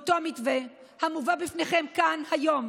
במתווה המובא בפניכם כאן היום